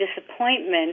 disappointment